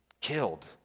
killed